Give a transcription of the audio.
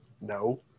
no